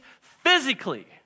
physically